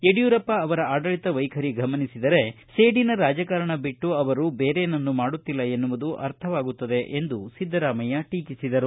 ಯಡಿಯೂರಪ್ಪ ಅವರ ಆಡಳಿತ ವೈಖರಿ ಗಮನಿಸಿದರೆ ಸೇಡಿನ ರಾಜಕಾರಣ ಬಿಟ್ಟು ಅವರು ಬೇರೇನನ್ನೂ ಮಾಡುತ್ತಿಲ್ಲ ಎನ್ನುವುದು ಅರ್ಥವಾಗುತ್ತದೆ ಎಂದು ಸಿದ್ದರಾಮಯ್ಯ ಟೀಕಿಸಿದರು